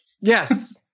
Yes